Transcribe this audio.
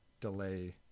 delay